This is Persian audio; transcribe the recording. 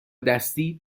دستی